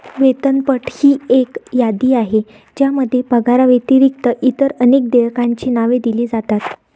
वेतनपट ही एक यादी आहे ज्यामध्ये पगाराव्यतिरिक्त इतर अनेक देयकांची नावे दिली जातात